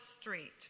street